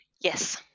Yes